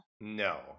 no